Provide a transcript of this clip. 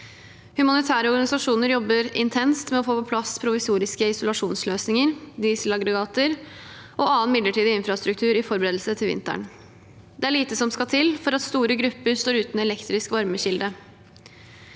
Humanitære organisasjoner jobber intenst med å få på plass provisoriske isolasjonsløsninger, dieselaggregater og annen midlertidig infrastruktur i forberedelse til vinteren. Det er lite som skal til for at store grupper står uten en elektrisk varmekilde.